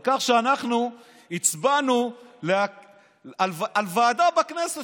על כך שאנחנו הצבענו על ועדה בכנסת